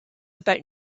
about